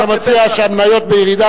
כשהמניות בירידה,